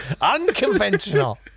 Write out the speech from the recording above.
unconventional